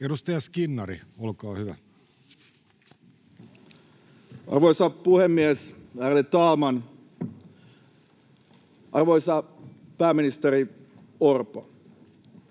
Edustaja Skinnari, olkaa hyvä. Arvoisa puhemies, ärade talman! Arvoisa pääministeri Orpo,